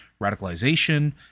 radicalization